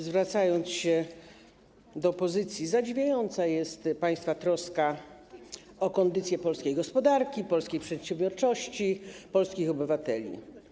Zwracając się do opozycji, powiem, że zadziwiająca jest państwa troska o kondycję polskiej gospodarki, polskiej przedsiębiorczości, polskich obywateli.